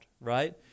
right